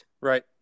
Right